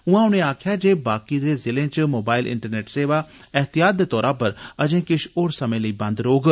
उआं उनें आक्खेया बाकी दे जिलें च मोबाईल इंटरनेट सेवा एहतियात दे तौरा पर अजे किश होर समे लेई बंद रोहग